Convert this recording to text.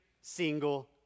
single